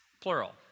plural